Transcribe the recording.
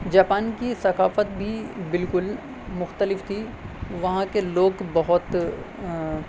Japan کی ثقافت بھی بالکل مختلف تھی وہاں کے لوگ بہت